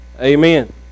Amen